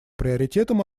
приоритетом